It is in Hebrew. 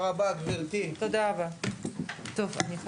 הישיבה ננעלה בשעה 12:38.